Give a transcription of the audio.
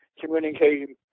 communicating